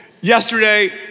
Yesterday